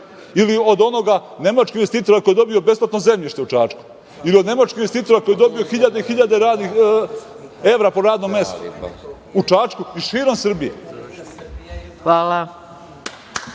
Ili od onoga nemačkog investitora koji je dobio besplatno zemljište u Čačku, ili od nemačkog investitora koji je dobio hiljade i hiljade evra po radnom mestu u Čačku i širom Srbije? **Maja